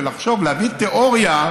ולהגיד ולהגיד תיאוריה: